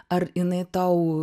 ar jinai tau